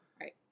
right